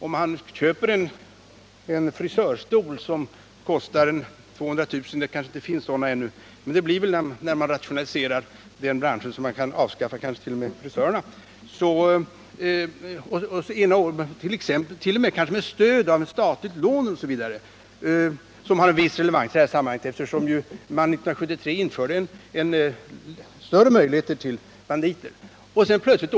Antag att man, kanske med stöd av statligt lån — den jämförelsen har viss relevans i detta sammanhang, eftersom man 1973 införde större Nr 43 möjligheter att anskaffa enarmade banditer — köper en frisörstol som kostar 200 000 kr.. Det kanske inte finns sådana ännu, men de kommer väl när man rationaliserar den branschen så att man kanske t.o.m. kan avskaffa frisörerna.